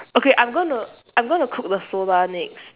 okay I'm gonna I'm gonna cook the soba next